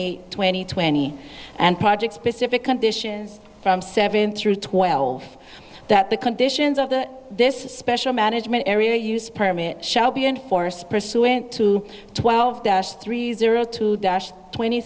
eight twenty twenty and project specific conditions from seven through twelve that the conditions of the this special management area use permit shall be enforced pursuant to twelve three zero two dash twenty